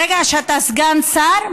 ברגע שאתה סגן שר,